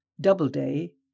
Doubleday